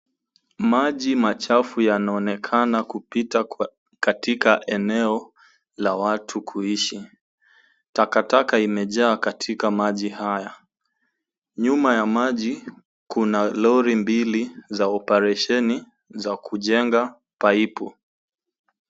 Maji machafu yanaonekana kupita katika eneo la watu kuishi, takataka imejaa katika maji haya. Nyuma ya maji kuna lori mbili za operesheni za kujenga paipu